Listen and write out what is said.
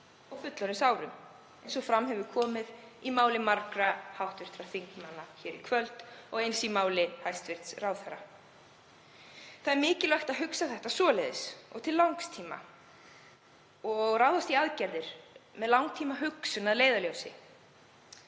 og fullorðinsárum eins og fram hefur komið hér í kvöld í máli margra hv. þingmanna og eins í máli hæstv. ráðherra. Það er mikilvægt að hugsa þetta svoleiðis og til langs tíma og ráðast í aðgerðir með langtímahugsun að leiðarljósi.